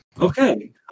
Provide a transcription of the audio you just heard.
Okay